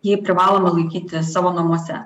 jį privalome laikyti savo namuose